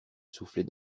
souffler